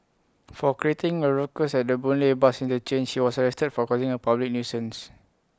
for creating A ruckus at the boon lay bus interchange he was arrested for causing A public nuisance